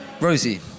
Rosie